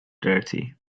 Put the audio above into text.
dirty